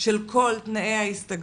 ההגשה של ה --- זה עדין נמצא